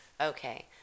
Okay